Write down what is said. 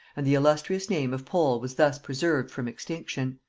and the illustrious name of pole was thus preserved from extinction.